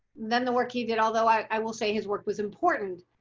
than the work he did, although i will say his work was important,